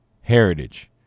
heritage